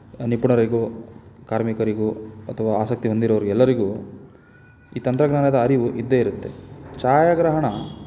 ನಿಪುಣರಿಗು ಕಾರ್ಮಿಕರಿಗು ಅಥವಾ ಆಸಕ್ತಿ ಹೊಂದಿರುವ ಎಲ್ಲರಿಗೂ ಈ ತಂತ್ರಜ್ಞಾನದ ಅರಿವು ಇದ್ದೇ ಇರುತ್ತೆ ಛಾಯಾಗ್ರಹಣ